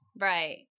right